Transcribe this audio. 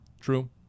True